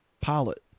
Pilot